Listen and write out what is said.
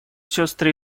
сестры